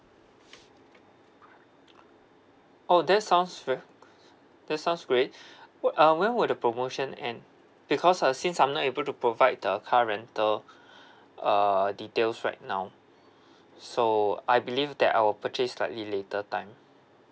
oh that's sounds fair that sounds great wh~ uh when would the promotion end because uh since I'm not able to provide the car rental uh details right now so I believe that I will purchase slightly later time